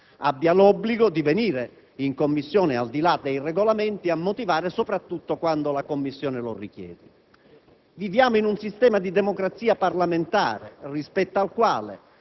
ha l'obbligo di venire in Commissione, al di là dei Regolamenti, a motivare, soprattutto quando la Commissione lo richiede. Viviamo in un sistema di democrazia parlamentare, rispetto al quale